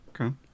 Okay